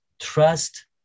trust